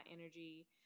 energy